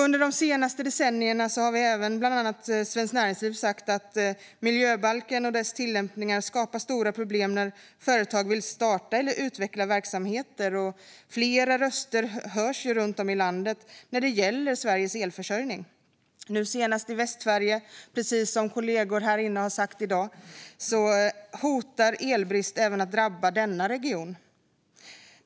Under de senaste decennierna har även bland andra Svenskt Näringsliv sagt att miljöbalken och dess tillämpningar skapar stora problem när företag vill starta eller utveckla verksamheter. Flera röster runt om i landet höjs när det gäller Sveriges elförsörjning, nu senast i Västsverige. Precis som kollegor här inne har nämnt i dag hotar elbrist att drabba även denna region.